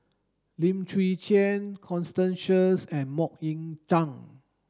Lim Chwee Chian Constance Sheares and Mok Ying Jang